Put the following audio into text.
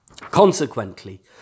Consequently